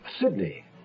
Sydney